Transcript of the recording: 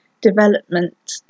development